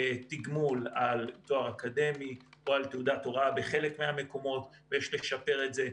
תגמול על תואר אקדמי או על תעודת הוראה ויש לשפר את זה.